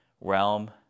realm